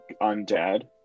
undead